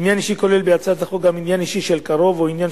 עניין אישי כולל בהצעת החוק גם עניין של קרוב או עניין